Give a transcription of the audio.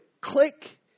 click